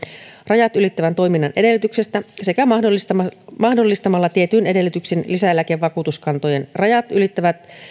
rajat ylittävän toiminnan edellytyksistä sekä mahdollistamalla mahdollistamalla tietyin edellytyksin lisäeläkevakuutuskantojen rajat ylittävät